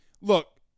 look